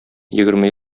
егерме